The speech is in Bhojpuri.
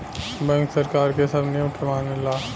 बैंक सरकार के सब नियम के मानेला